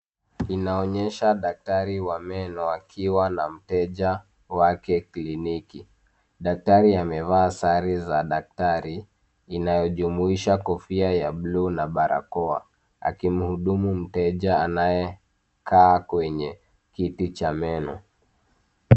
Inaonyesha daktari wa meno akiwa na mteja wake kliniki. Daktari amevaa sare za daktari inayojumuisha kofia ya blue na barakoa akimhudumu mteja anayekaa kwenye kiti cha meno.